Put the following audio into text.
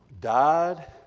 died